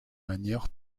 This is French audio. manière